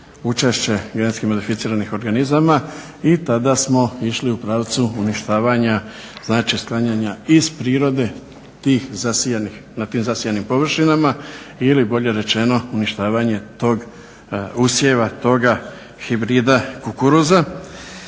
učešće genetski modificiranih organizama i tada smo išli u pravcu uništavanja, znači sklanjanja iz prirode tih zasijanih, na tim zasijanim površinama ili bolje rečeno uništavanje tog usjeva toga hibrida kukuruza.